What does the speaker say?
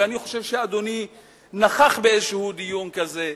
ואני חושב שאדוני נכח באיזה דיון כזה,